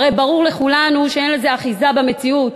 הרי ברור לכולנו שאין לזה אחיזה במציאות.